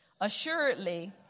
Assuredly